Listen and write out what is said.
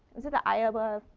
is it the iowa,